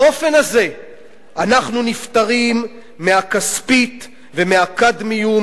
באופן הזה אנחנו נפטרים מהכספית ומהקדמיום